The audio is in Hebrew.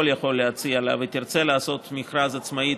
יכול להציע לה והיא תרצה לעשות מכרז עצמאית,